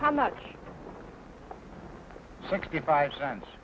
how much sixty five cents